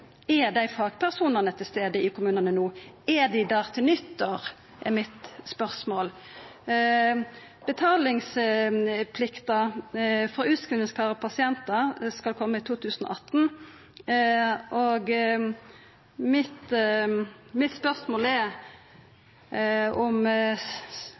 Er dei fagpersonane til stades i kommunane no? Er dei der til nyttår? Det er spørsmålet mitt. Betalingsplikta for utskrivingsklare pasientar skal koma i 2018. Mitt spørsmål